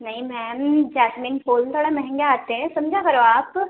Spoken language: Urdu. نہیں میم جیسمین پھول تھوڑا مہنگے آتے ہیں سمجھا کرو آپ